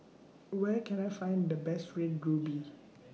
Where Can I Find The Best Red Ruby